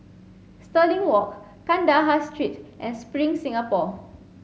Stirling Walk Kandahar Street and Spring Singapore